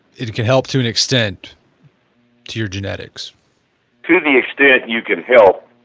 it can help to an extent to your genetic so to the extent you can help,